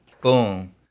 Boom